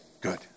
good